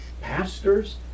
pastors